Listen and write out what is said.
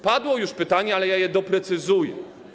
Padło już pytanie, ale ja je doprecyzuję.